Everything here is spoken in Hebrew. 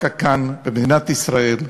דווקא כאן, במדינת ישראל,